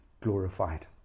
glorified